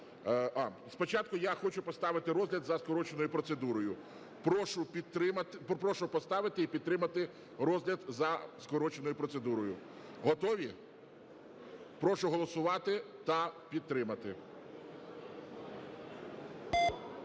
спочатку я хочу поставити розгляд за скороченою процедурою. Прошу поставити і підтримати розгляд за скороченою процедурою. Готові? Прошу голосувати та підтримати.